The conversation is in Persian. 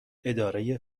اداره